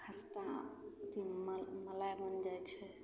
खस्ता अथी मलाइ मलाइ बनि जाइ छै